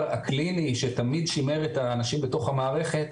הקליני שתמיד שימר את האנשים בתוך המערכת,